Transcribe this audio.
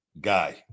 guy